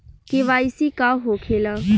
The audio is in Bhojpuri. के.वाइ.सी का होखेला?